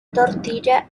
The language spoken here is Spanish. tortilla